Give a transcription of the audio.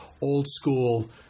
old-school